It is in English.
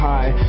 High